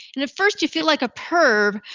and at first, you feel like a perv,